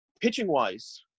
Pitching-wise